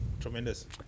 tremendous